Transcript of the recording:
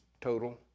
total